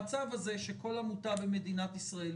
המצב הזה שכל עמותה במדינת ישראל,